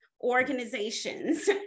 organizations